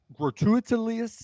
gratuitously